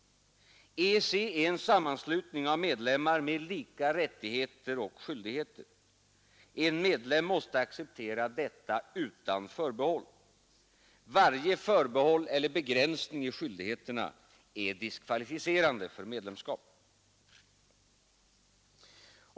EEC är en sammanslutning av medlemmar med lika rättigheter och skyldigheter. En medlem måste acceptera detta utan förbehåll. Varje förbehåll eller begränsning i skyldigheterna är diskvalificerande för medlemskap.